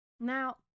now